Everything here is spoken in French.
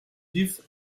disent